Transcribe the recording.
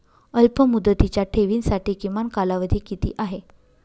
अल्पमुदतीच्या ठेवींसाठी किमान कालावधी किती आहे?